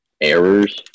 errors